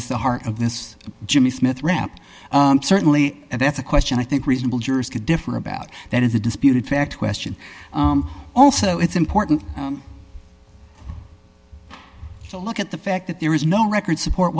is the heart of this jimmy smith rap certainly that's a question i think reasonable jurors could differ about that is a disputed fact question also it's important to look at the fact that there is no record support